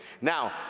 Now